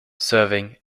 serving